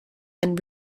and